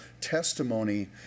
testimony